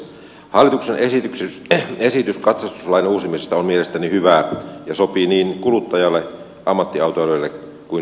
hallituksen esitys katsastuslain uusimisesta on mielestäni hyvä ja sopii niin kuluttajalle ammattiautoilijalle kuin yrityksellekin